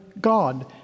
God